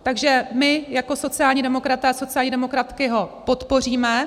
Takže my jako sociální demokraté a sociální demokratky ho podpoříme.